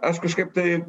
aš kažkaip tai